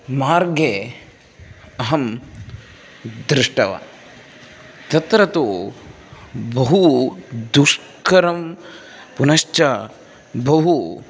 मार्गे अहं दृष्टवान् तत्र तु बहु दुष्करं पुनश्च बहु